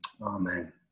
Amen